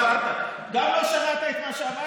כמעט לא הביא דירות בהנחה לציבור החרדי,